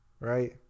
right